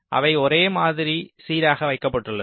அவை ஒரே மாதிரி சீராக வைக்கப்பட்டுள்ளது